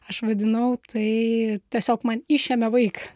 aš vadinau tai tiesiog man išėmė vaiką